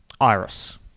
Iris